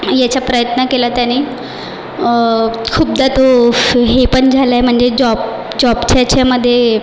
याचा प्रयत्न केला त्याने खूपदा तो हे पण झाला आहे म्हणजे जॉब जॉबच्या याच्यामध्ये